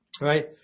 right